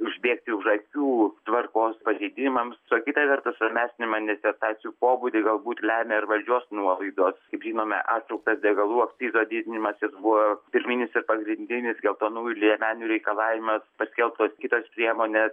užbėgti už akių tvarkos pažeidimams o kita vertus ramesnį manifestacijų pobūdį galbūt lemia ir valdžios nuolaidos kaip žinome atšauktas degalų akcizas didinimas jis buvo pirminis ir pagrindinis geltonųjų liemenių reikalavimas paskelbtos kitos priemonės